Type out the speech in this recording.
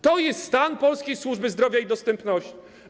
To jest stan polskiej służby zdrowia i jej dostępność.